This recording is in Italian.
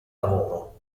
lavoro